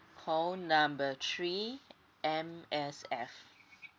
call number three M_S_F